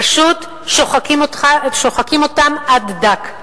פשוט שוחקים אותם עד דק.